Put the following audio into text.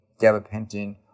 gabapentin